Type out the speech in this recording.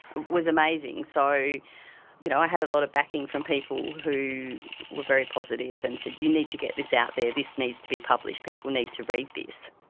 was amazing. so i you know i had a lot of backing from people who were very positive and said you need to get this out there, this needs to be published, people need to read this.